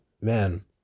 man